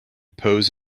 pose